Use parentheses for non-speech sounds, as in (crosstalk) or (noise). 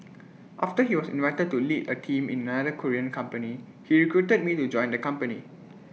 (noise) after he was invited to lead A team in another Korean company he recruited me to join the company